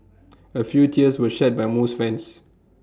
A few tears were shed by most fans